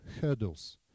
hurdles